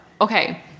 Okay